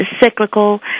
cyclical